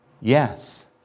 Yes